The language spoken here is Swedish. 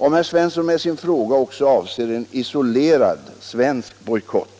Om herr Svensson med sin fråga också avser en isolerad svensk bojkott